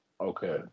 okay